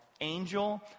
angel